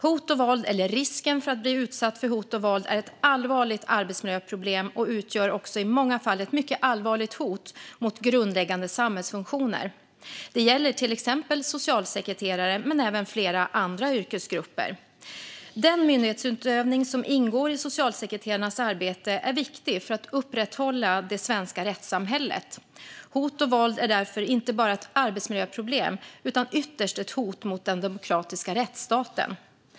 Hot och våld, eller risken att bli utsatt för hot och våld, är ett allvarligt arbetsmiljöproblem och utgör också i många fall ett mycket allvarligt hot mot grundläggande samhällsfunktioner. Detta gäller till exempel socialsekreterare men även flera andra yrkesgrupper. Den myndighetsutövning som ingår i socialsekreterarnas arbete är viktig för att upprätthålla det svenska rättssamhället. Hot och våld är därför inte bara ett arbetsmiljöproblem utan ytterst ett hot mot den demokratiska rättsstaten.